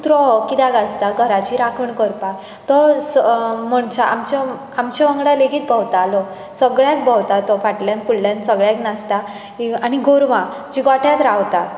कुत्रो हो कित्याक आसता घराची राखण करपाक तो म्हणचे म्हणचे आमचे वांगडा लेगीत भोंवतालो सगळ्याक भोंवता तो फाटल्यान फुडल्यान सगळ्याक नाचता गोरवां जी गोठ्यांत रावता